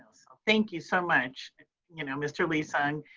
so thank you so much you know mr. lee-sung.